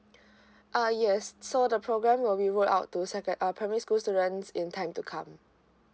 uh yes so the program where we will out to secon~ uh primary school students in time to come